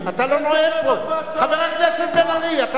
חבר הכנסת בן-ארי, אתה לא נואם פה.